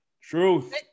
Truth